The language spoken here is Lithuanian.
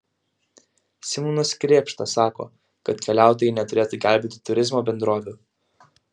simonas krėpšta sako kad keliautojai neturėtų gelbėti turizmo bendrovių